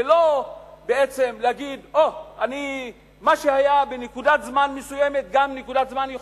זה לא להגיד: מה שהיה בנקודת זמן מסוימת,